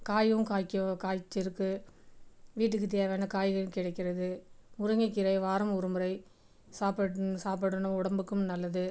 காயும் காய்க்கும் காய்ச்சுருக்கு வீட்டுக்கு தேவையான காய்கறி கிடைக்கிறது முருங்கை கீரை வாரம் ஒரு முறை சாப்பட் சாப்பிடணும் உடம்புக்கும் நல்லது